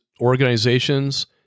organizations